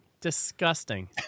disgusting